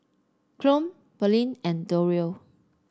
Claud Pearlene and Dario